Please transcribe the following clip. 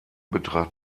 betrat